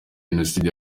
jenoside